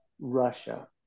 Russia